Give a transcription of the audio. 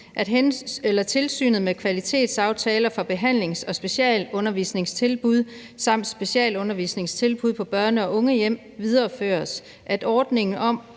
eksempler. Tilsynet med kvalitetsaftaler for behandlings- og specialundervisningstilbud samt specialundervisningstilbud på børne- og ungehjem videreføres. Ordningen om